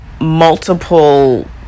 multiple